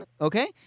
okay